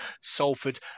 Salford